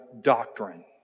doctrine